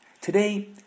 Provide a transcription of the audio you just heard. Today